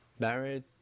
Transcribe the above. married